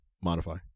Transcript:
Modify